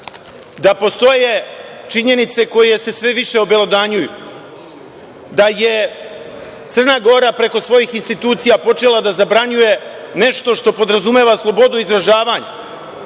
da postoje činjenice koje se sve više obelodanjuju, da je Crna Gora preko svojih institucija počela da zabranjuje nešto što podrazumeva slobodu izražavanja,